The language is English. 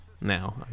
Now